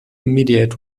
immediate